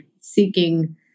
seeking